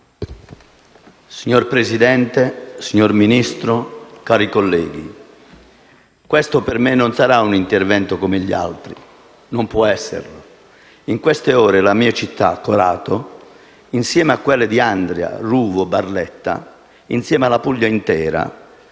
Signor Presidente, signor Ministro, cari colleghi, questo per me non sarà un intervento come gli altri, non può esserlo. In queste ore, la mia città, Corato, insieme a quelle di Andria, Ruvo di Puglia e Barletta, insieme alla Puglia intera,